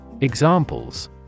Examples